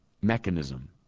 mechanism